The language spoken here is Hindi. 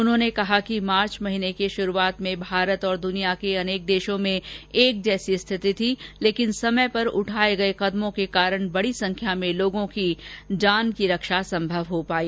उन्होंने कहा कि मार्च महीने की शुरूआत में भारत और दुनिया के अनेक देशों में एक जैसी स्थिति थी लेकिन समय पर उठाए गए कदमों के कारण बड़ी संख्या में लोगों की प्राणरक्षा संभव हो पाई